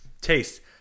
taste